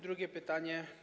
Drugie pytanie.